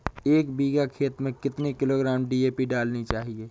एक बीघा खेत में कितनी किलोग्राम डी.ए.पी डालनी चाहिए?